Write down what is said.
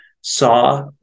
saw